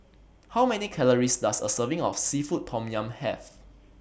How Many Calories Does A Serving of Seafood Tom Yum Have